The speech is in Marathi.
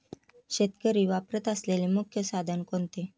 शेतकरी वापरत असलेले मुख्य साधन कोणते?